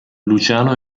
luciano